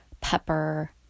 pepper